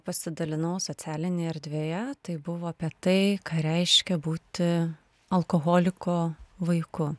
pasidalinau socialinėj erdvėje tai buvo apie tai ką reiškia būti alkoholiko vaiku